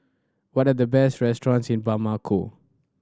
what are the best restaurants in Bamako